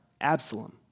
Absalom